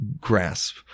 grasp